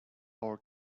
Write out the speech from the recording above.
our